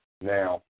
Now